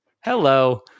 Hello